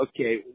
Okay